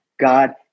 God